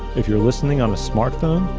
if you're listening on a smartphone,